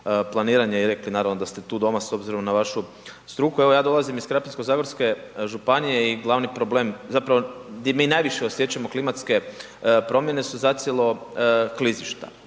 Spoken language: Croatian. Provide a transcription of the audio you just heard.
i rekli naravno da ste tu doma s obzirom na struku, evo ja dolazim iz Krapinsk-zagorske županije i glavni problem, zapravo di mi najviše osjećamo klimatske promjene su zacijelo klizišta.